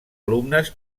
alumnes